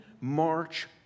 march